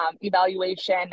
evaluation